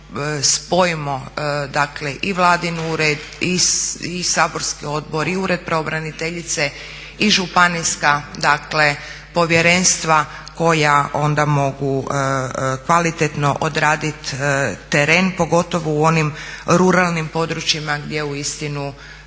spojimo dakle i vladin ured i saborski odbor i Ured pravobraniteljice i županijska dakle povjerenstva koja onda mogu kvalitetno odraditi teren, pogotovo u onim ruralnim područjima gdje uistinu